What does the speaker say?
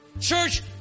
Church